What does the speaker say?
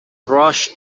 rushed